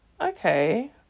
Okay